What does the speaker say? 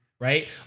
right